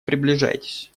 приближайтесь